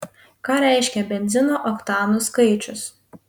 ką reiškia benzino oktanų skaičius